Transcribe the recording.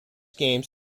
games